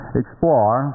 explore